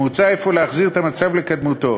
מוצע אפוא להחזיר את המצב לקדמותו.